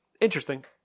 interesting